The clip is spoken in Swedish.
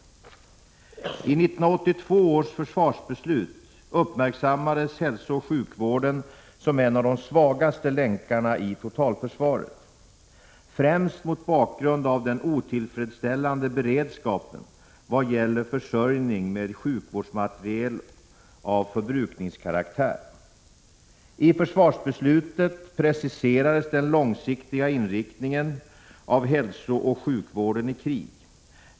11982 års försvarsbeslut uppmärksammades hälsooch sjukvården som en av de svagaste länkarna i totalförsvaret, främst mot bakgrund av den otillfredsställande beredskapen vad gäller försörjning med sjukvårdsmateriel av förbrukningskaraktär. I försvarsbeslutet preciserades den långsiktiga inriktningen av hälsooch sjukvården i krig.